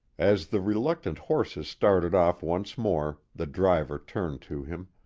as the reluctant horses started off once more the driver turned to him